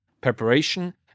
preparation